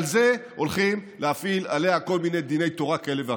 על זה הולכים להפעיל עליה כל מיני דיני תורה כאלה ואחרים.